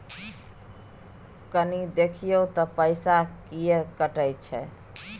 कनी देखियौ त पैसा किये कटले इ?